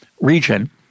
region